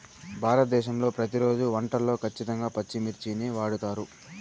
భారతదేశంలో ప్రతిరోజు వంటల్లో ఖచ్చితంగా పచ్చిమిర్చిని వాడుతారు